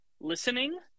listening